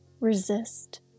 resist